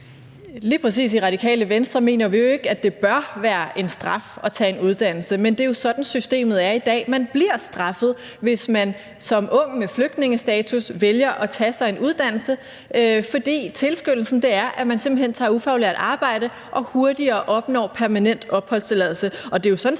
I Radikale Venstre mener vi jo lige præcis ikke, at det bør være en straf at tage en uddannelse, men det er jo sådan, systemet er i dag. Man bliver straffet, hvis man som ung med flygtningestatus vælger at tage sig en uddannelse, for det, der tilskyndes til, er simpelt hen, at man tager ufaglært arbejde og dermed hurtigere opnår permanent opholdstilladelse.